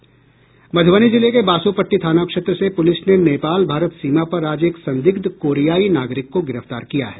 मधुबनी जिले के बासोपट्टी थाना क्षेत्र से पुलिस ने नेपाल भारत सीमा पर आज एक संदिग्ध कोरियाई नागरिक को गिरफ्तार किया है